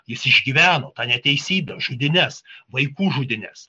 jis išgyveno tą neteisybę žudynes vaikų žudynes